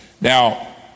Now